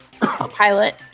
Pilot